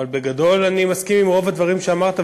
אבל בגדול אני מסכים עם רוב הדברים שאמרת,